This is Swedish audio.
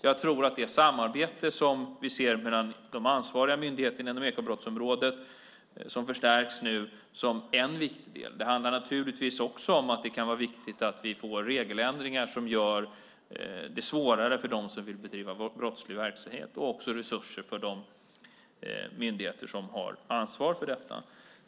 Jag ser samarbetet mellan de ansvariga myndigheterna inom ekobrottsområdet, som nu förstärks, som en viktig del. Det handlar naturligtvis också om att det kan vara viktigt att vi får regeländringar som gör det svårare att bedriva brottslighet verksamhet och om resurser för de myndigheter som har ansvar för detta.